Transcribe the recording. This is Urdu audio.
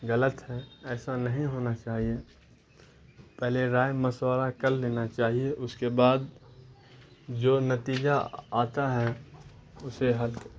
غلط ہے ایسا نہیں ہونا چاہیے پہلے رائے مشورہ کر لینا چاہیے اس کے بعد جو نتیجہ آتا ہے اسے حد